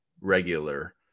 regular